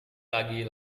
lagi